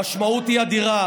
המשמעות היא אדירה.